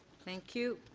thank you.